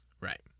Right